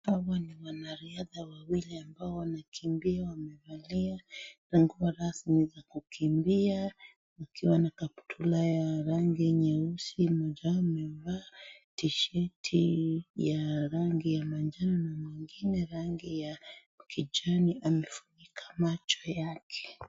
Hawa ni wanariadha wawili ambao wanakimbia. Wamevalia nguo rasmi za kukimbia wakiwa na kaptura za rangi nyeusi. Mmoja wao amevaa tisheti ya rangi ya manjano, mwengine rangi ya kijani amefunika macho yake.